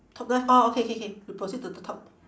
top left oh okay K K you proceed to the top